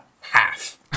half